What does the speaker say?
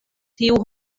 tiu